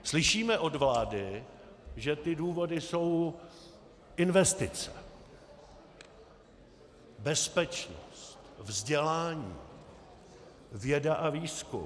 Slyšíme od vlády, že ty důvody jsou investice, bezpečnost, vzdělání, věda a výzkum.